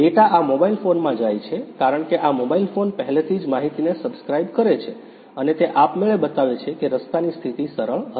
data આ mobile ફોનમાં જાય છે કારણ કે આ મોબાઇલ ફોન પહેલેથી જ માહિતીને સબ્સ્ક્રાઇબ કરે છે અને તે આપમેળે બતાવે છે કે રસ્તાની સ્થિતિ સરળ હતી